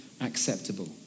acceptable